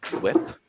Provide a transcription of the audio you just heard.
whip